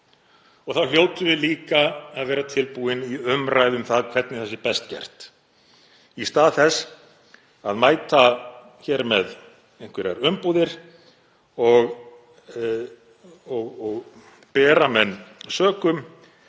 Við hljótum þá líka að vera tilbúin í umræðu um hvernig það sé best gert í stað þess að mæta hér með einhverjar umbúðir og bera menn sökum